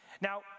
Now